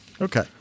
okay